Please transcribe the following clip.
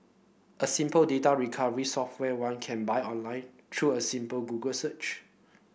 a simple data recovery software one can buy online through a simple Google search